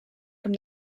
from